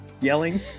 yelling